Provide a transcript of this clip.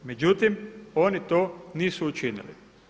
Međutim, oni to nisu učinili.